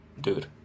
dude